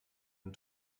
and